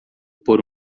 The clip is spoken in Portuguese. por